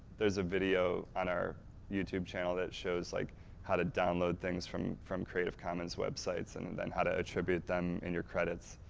there's a video on our youtube channel that shows like how to download things from from creative commons websites and then how to attribute them in your credits.